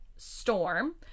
Storm